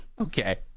Okay